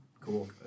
cool